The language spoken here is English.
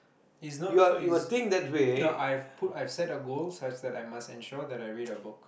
it's not it's no I have put I have set a goal such that I must ensure that I read a book